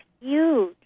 huge